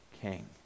king